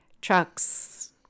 trucks